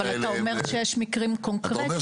אתה אומר שיש מקרים קונקרטיים.